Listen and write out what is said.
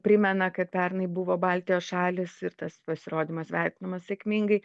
primena kad pernai buvo baltijos šalys ir tas pasirodymas vertinamas sėkmingai